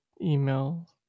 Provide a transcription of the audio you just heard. email